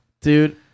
Dude